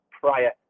prior